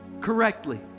correctly